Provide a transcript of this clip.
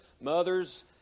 Mothers